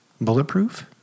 Bulletproof